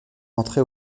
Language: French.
entrée